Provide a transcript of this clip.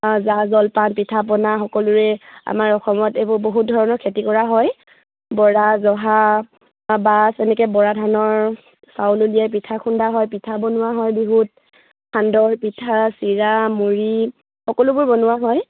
জা জলপান পিঠা পনা সকলোৰে আমাৰ অসমত এইবোৰ বহুত ধৰণৰ খেতি কৰা হয় বৰা জহা বাচ এনেকৈ বৰা ধানৰ চাউল উলিয়াই পিঠা খুন্দা হয় পিঠা বনোৱা হয় বিহুত সান্দহ পিঠা চিৰা মুড়ি সকলোবোৰ বনোৱা হয়